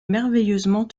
merveilleusement